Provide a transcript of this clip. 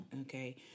Okay